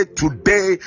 today